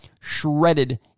shredded